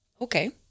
Okay